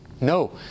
No